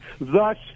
thus